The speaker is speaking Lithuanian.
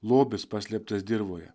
lobis paslėptas dirvoje